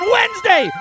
Wednesday